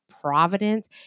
Providence